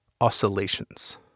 Oscillations